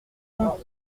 fond